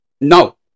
No